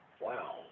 wow